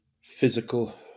physical